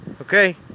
Okay